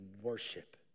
worship